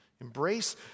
Embrace